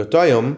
באותו היום,